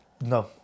No